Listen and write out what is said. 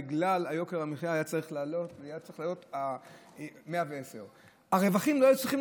בגלל יוקר המחיה זה היה צריך לעלות 110. הרווחים לא היו צריכים